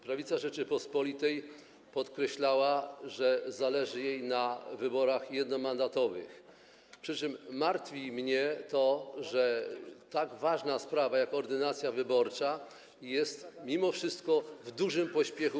Prawica Rzeczypospolitej podkreślała, że zależy jej na wyborach jednomandatowych, przy czym martwi mnie to, że tak ważna sprawa jak ordynacja wyborcza jest mimo wszystko przygotowywana w dużym pośpiechu.